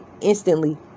instantly